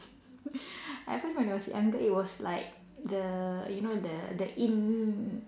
at first when I was younger it was like the you know the the in